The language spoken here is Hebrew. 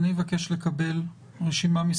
אבל בדיווחים לוועדה יש מגבלות שבעצם הקשו עלינו